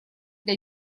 для